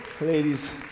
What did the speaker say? ladies